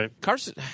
Carson